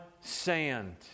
sand